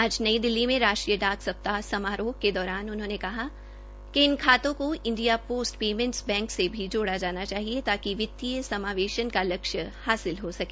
आज नई दिल्ली में राष्ट्रीय डाक सप्ताह समारोह के दौरान उन्होंने कहा कि इन खातों को इंडिया पोस्ट पेमेंट बैंक से भी जोड़ा जाना चाहिए ताकि वितीय समावेश का लक्ष्य हासिल हो सके